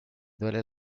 duele